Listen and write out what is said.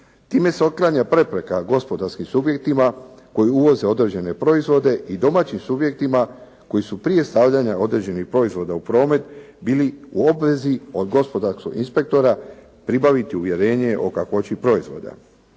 Time se otklanja prepreka gospodarskim subjektima koji uvoze određene proizvode i domaćim subjektima koji su prije stavljanja određenih proizvoda u promet bili u obvezi od gospodarskog inspektora pribaviti uvjerenje o kakvoći proizvoda.